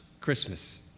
Christmas